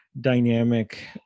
dynamic